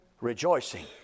rejoicing